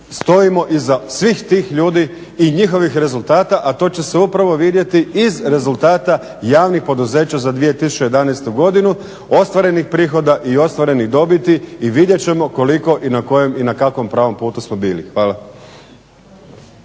stojimo iza svih tih ljudi i njihovih rezultata, a to će se upravo vidjeti iz rezultata javnih poduzeća za 2011. godinu, ostvarenih prihoda i ostvarenih dobiti i vidje ćemo koliko i na kakvom pravom putu smo bili. Hvala.